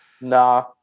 Nah